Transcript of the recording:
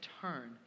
turn